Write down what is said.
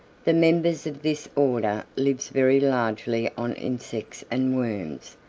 the members of this order live very largely on insects and worms,